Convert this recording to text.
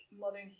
modern